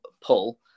pull